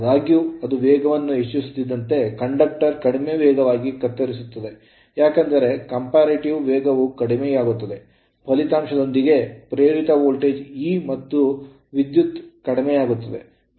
ಆದಾಗ್ಯೂ ಅದು ವೇಗವನ್ನು ಹೆಚ್ಚಿಸುತ್ತಿದ್ದಂತೆ ಕಂಡಕ್ಟರ್ ಕಡಿಮೆ ವೇಗವಾಗಿ ಕತ್ತರಿಸುತ್ತದೆ ಏಕೆಂದರೆ comparative ಸಾಪೇಕ್ಷ ವೇಗವು ಕಡಿಮೆಯಾಗುತ್ತದೆ ಫಲಿತಾಂಶದೊಂದಿಗೆ ಪ್ರೇರಿತ ವೋಲ್ಟೇಜ್ E ಮತ್ತು ವಿದ್ಯುತ್ ಕಡಿಮೆಯಾಗುತ್ತದೆ